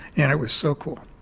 and it was so cool.